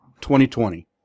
2020